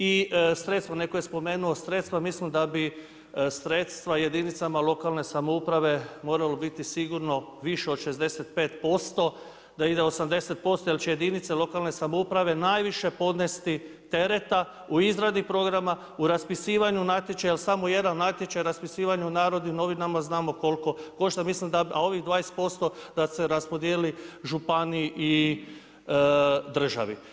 I sredstva, netko je spomenuo sredstva, mislim da bi sredstva jedinicama lokalne samouprave moralo biti sigurno više od 65%, da ide 80% jer će jedinice lokalne samouprave najviše podnesti tereta u izradi programa, u raspisivanju natječaja jer samo jedan natječaj u raspisivanju Narodnim novinama, znamo koliko košta a ovih 20% da se raspodjeli županiji i državi.